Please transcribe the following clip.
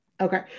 Okay